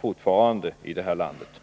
fortfarande dras med i det här landet.